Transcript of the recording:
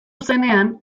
zenean